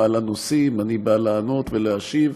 מעלה נושאים, אני בא לענות ולהשיב.